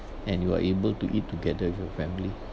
and you are able to eat together with your family